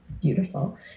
beautiful